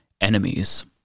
enemies